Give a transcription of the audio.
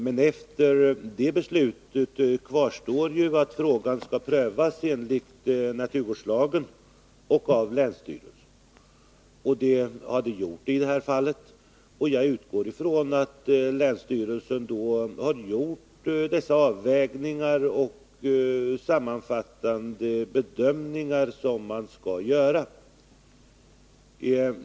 Men efter det beslutet kvarstår att frågan skall prövas enligt naturvårdslagen och av länsstyrelsen, och det har skett i det här fallet. Jag utgår från att länsstyrelsen har gjort de avvägningar och de sammanfattande bedömningar som skall göras.